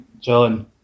John